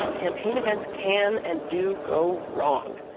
campaign events can and do go wrong.